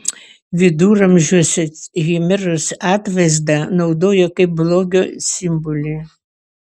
viduramžiuose chimeros atvaizdą naudojo kaip blogio simbolį